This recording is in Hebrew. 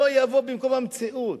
לא יבוא במקום המציאות,